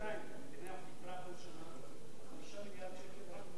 5 מיליארד שקל רק מס הכנסה,